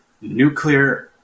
nuclear